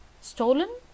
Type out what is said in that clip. stolen